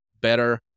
better